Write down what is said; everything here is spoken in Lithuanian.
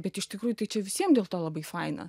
bet iš tikrųjų čia visiems dėl to labai faina